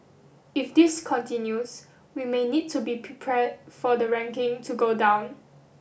if this continues we may need to be prepared for the ranking to go down